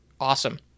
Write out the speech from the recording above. Awesome